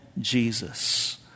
Jesus